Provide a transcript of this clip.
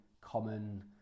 common